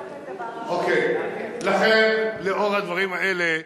לאור הדברים האלה,